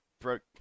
broke